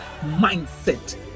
mindset